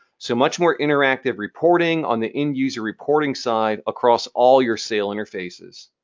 so, much more interacting reporting on the end user reporting side across all your sail interfaces.